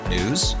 News